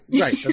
Right